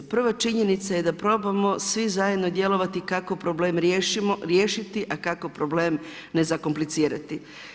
Prva činjenica je da probamo svi zajedno djelovati kako problem riješiti a kako problem ne zakomplicirati.